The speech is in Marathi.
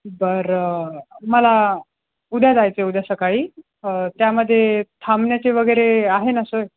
बरं मला उद्या जायचे उद्या सकाळी त्यामध्ये थांबण्याचे वगैरे आहे न सोय